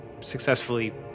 successfully